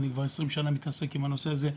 אני כבר 20 שנה מתעסק עם הנושא הזה,